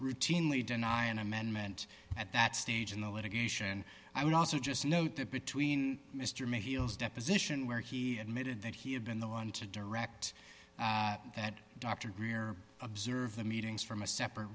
routinely deny an amendment at that stage in the litigation i would also just note that between mr may heels deposition where he admitted that he had been the one to direct that dr greer observe the meetings from a separate